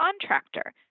contractor